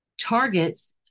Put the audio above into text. targets